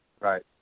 Right